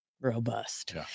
robust